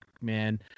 man